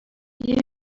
you